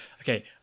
Okay